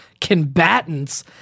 combatants